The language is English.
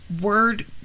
word